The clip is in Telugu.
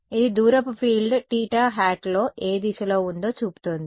ఇది దూరపు ఫీల్డ్ θ లో ఏ దిశలో ఉందో చూపుతోంది